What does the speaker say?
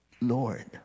Lord